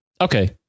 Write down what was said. Okay